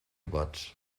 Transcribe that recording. pots